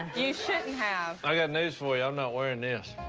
you shouldn't have. i got news for you, i'm not wearing this.